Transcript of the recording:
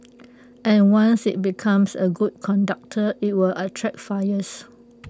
and once IT becomes A good conductor IT will attract fires